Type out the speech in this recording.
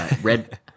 Red